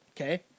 okay